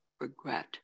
regret